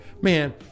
Man